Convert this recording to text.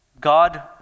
God